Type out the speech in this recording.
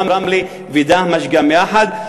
רמלה ודהמש גם יחד.